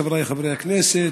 חבריי חברי הכנסת,